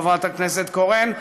חברת הכנסת קורן,